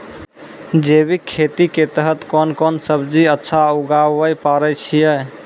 जैविक खेती के तहत कोंन कोंन सब्जी अच्छा उगावय पारे छिय?